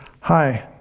hi